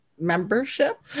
membership